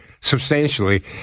substantially